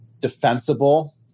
defensible